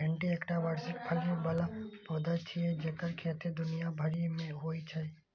भिंडी एकटा वार्षिक फली बला पौधा छियै जेकर खेती दुनिया भरि मे होइ छै